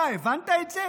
אתה הבנת את זה?